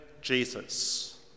Jesus